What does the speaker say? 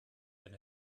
denn